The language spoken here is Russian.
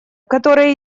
которые